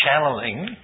channeling